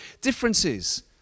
differences